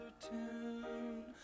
tune